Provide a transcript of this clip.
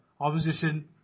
opposition